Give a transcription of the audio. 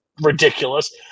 ridiculous